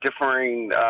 differing